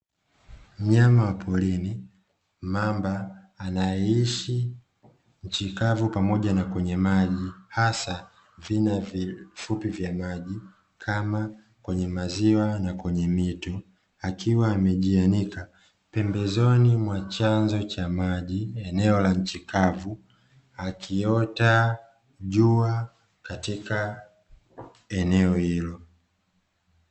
Mnyama wa polini mamba anayeishi nchi kavu pamoja na kwenye maji hasa vina vifupi vya maji kama kwenye maziwa na kwenye mito, akiwa amajianika pembezoni mwa chanzo cha maji eneo la nchi kavu akiota jua katika eneo hilo.